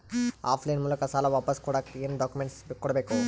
Of line ಮೂಲಕ ಸಾಲ ವಾಪಸ್ ಕೊಡಕ್ ಏನು ಡಾಕ್ಯೂಮೆಂಟ್ಸ್ ಕೊಡಬೇಕು?